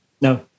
No